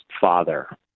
father